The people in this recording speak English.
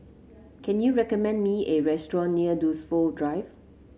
can you recommend me a restaurant near Dunsfold Drive